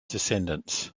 descendants